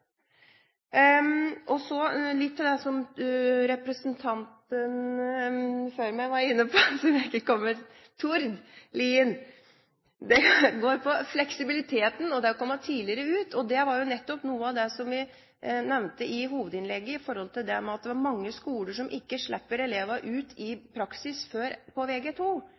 Så litt til det som representanten Tord Lien var inne på. Det går på fleksibiliteten og det å komme tidligere ut i praksis. Det var jo nettopp noe av det som jeg nevnte i hovedinnlegget, at det er mange skoler som ikke slipper elevene ut i praksis før på